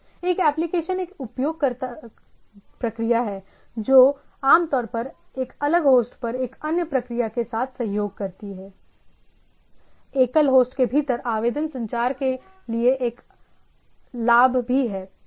एक एप्लिकेशन एक उपयोगकर्ता प्रक्रिया है जो आमतौर पर एक अलग होस्ट पर एक अन्य प्रक्रिया के साथ सहयोग करती है एकल होस्ट के भीतर आवेदन संचार के लिए एक लाभ भी है